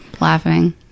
laughing